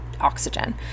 oxygen